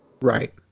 Right